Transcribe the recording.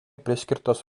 priskirtas